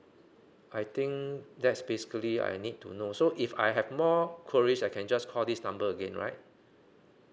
I think that's basically I need to know so if I have more queries I can just call this number again right